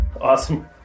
Awesome